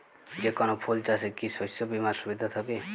যেকোন ফুল চাষে কি শস্য বিমার সুবিধা থাকে?